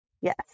Yes